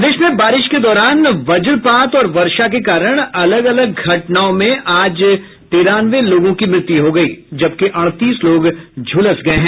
प्रदेश में बारिश के दौरान वज्रपात और वर्षा के कारण अलग अलग घटनाओं में आज तिरानवे लोगों की मृत्यु हो गयी है जबकि अड़तीस लोग झुलस गये हैं